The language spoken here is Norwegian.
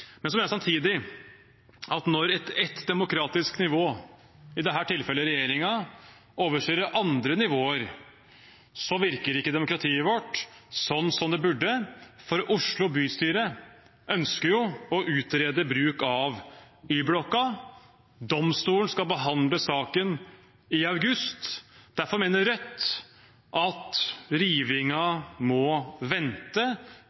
Men jeg mener samtidig at når et demokratisk nivå – i dette tilfellet regjeringen – overstyrer andre nivåer, så virker ikke demokratiet vårt sånn som det burde. Oslo bystyre ønsker å utrede bruk av Y-blokka. Domstolen skal behandle saken i august. Derfor mener Rødt at rivingen må vente